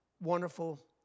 Wonderful